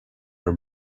her